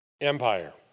empire